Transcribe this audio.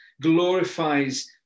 glorifies